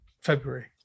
February